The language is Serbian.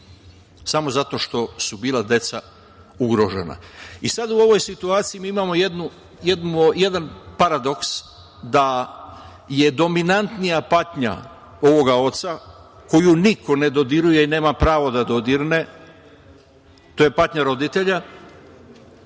Samo zato što su bila deca ugrožena. Sada u ovoj situaciji imamo jedan paradoks da je dominantnija patnja ovoga oca, koju niko ne dodiruje i nema pravo da dodirne, to je patnja roditelja,